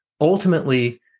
ultimately